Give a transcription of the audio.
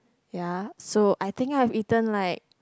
ya so I think I have eaten like